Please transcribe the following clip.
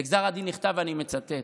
בגזר הדין נכתב, אני מצטט: